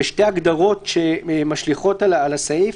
לשתי הגדרות שמשליכות על הסעיף.